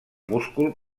múscul